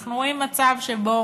אנחנו רואים מצב שבו